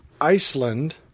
Iceland